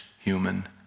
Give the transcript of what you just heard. human